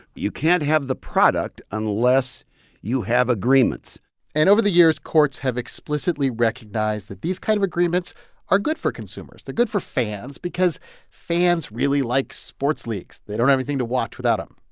you can't have the product unless you have agreements and over the years, courts have explicitly recognized that these kind of agreements are good for consumers. they're good for fans because fans really like sports leagues. they don't have anything to watch without them.